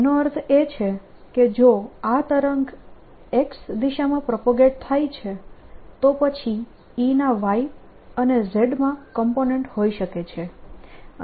તેનો અર્થ એ છે કે જો આ તરંગ X દિશામાં પ્રોપગેટ થાય છે તો પછી E ના y અને z માં કોમ્પોનેન્ટ હોઈ શકે છે